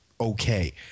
okay